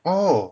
oh